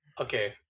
okay